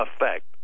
effect